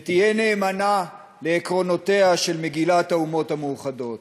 ותהיה נאמנה לעקרונותיה של מגילת האומות המאוחדות".